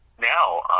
now